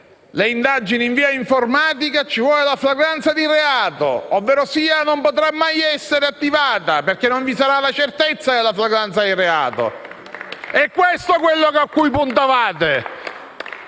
le indagini in via informatica ci vuole la flagranza di reato, ovverosia non potrà mai essere attivata, perché non vi sarà la certezza della flagranza del reato. *(Applausi dal Gruppo M5S)*.